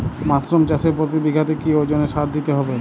Mushroom চাষে প্রতি বিঘাতে কি ওজনে সার দিতে হবে?